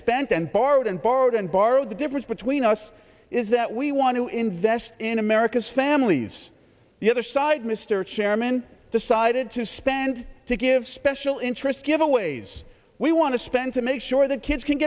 bent and borrowed and borrowed and borrowed the difference between us is that we want to invest in america's families the other side mr chairman decided to spend to give special interest giveaways we want to spend to make sure that kids can